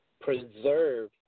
preserve